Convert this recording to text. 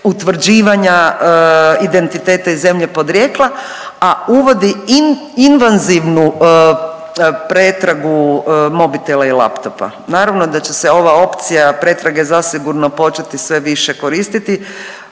utvrđivanja identiteta i zemlje porijekla, a uvodi invanzivnu pretragu mobitela i laptopa. Naravno da će se ova opcija pretrage zasigurno početi sve više koristiti